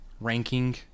ranking